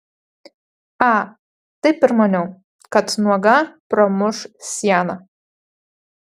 a taip ir maniau kad nuoga pramuš sieną